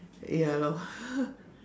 ya lor